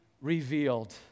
revealed